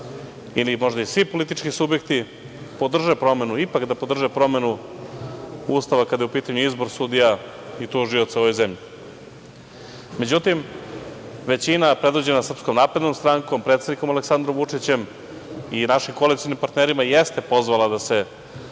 ili možda i svi politički subjekti podrže promenu, ipak da podrže promenu Ustava kada je u pitanju izbor sudija u tužioca u ovoj zemlji.Međutim, većina predvođena SNS, predsednikom Aleksandrom Vučićem i našim koalicionim partnerima jeste pozvala građane